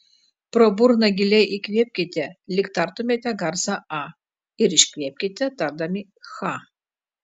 pro burną giliai įkvėpkite lyg tartumėte garsą a ir iškvėpkite tardami cha